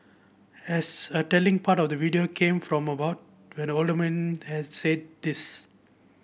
as a telling part of the video came from about when the old man had said this